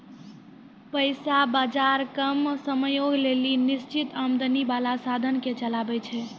पैसा बजार कम समयो के लेली निश्चित आमदनी बाला साधनो के चलाबै छै